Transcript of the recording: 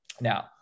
Now